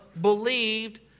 believed